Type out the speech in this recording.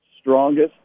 strongest